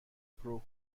پرو